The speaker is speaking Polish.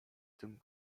tym